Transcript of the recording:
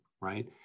right